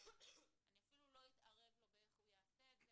אני אפילו לא אתערב לו איך הוא יעשה את זה,